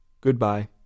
Goodbye